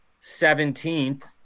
seventeenth